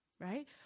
right